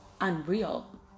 unreal